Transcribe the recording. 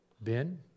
Ben